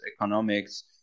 economics